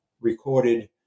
recorded